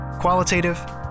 Qualitative